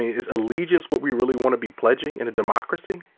is allegiance what we really want to be pledging in a democracy?